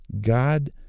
God